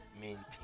maintain